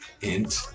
int